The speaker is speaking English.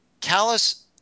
Callus